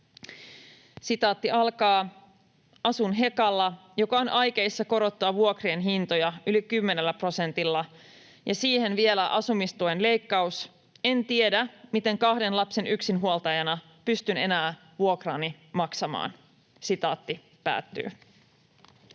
perustarpeista?” ”Asun Hekalla, joka on aikeissa korottaa vuokrien hintoja yli kymmenellä prosentilla, ja siihen vielä asumistuen leikkaus. En tiedä, miten kahden lapsen yksinhuoltajana pystyn enää vuokrani maksamaan.” Kiitoksia.